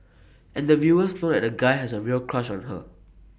and the viewers know that the guy has A real crush on her